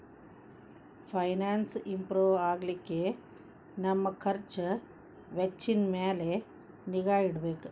finance improve ಆಗ್ಲಿಕ್ಕೆ ನಮ್ ಖರ್ಛ್ ವೆಚ್ಚಿನ್ ಮ್ಯಾಲೆ ನಿಗಾ ಇಡ್ಬೆಕ್